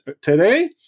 today